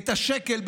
את השקל,